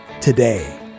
today